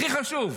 הכי חשוב,